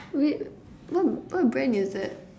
wait what what brand is that